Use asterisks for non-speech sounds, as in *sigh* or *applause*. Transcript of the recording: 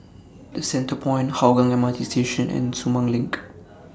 The Centrepoint Hougang M R T Station and Sumang LINK *noise*